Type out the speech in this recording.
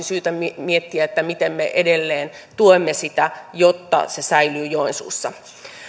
syytä miettiä miten me edelleen tuemme sitä jotta se säilyy joensuussa